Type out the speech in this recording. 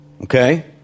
okay